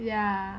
ya